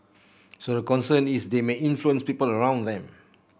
so the concern is they may influence people around them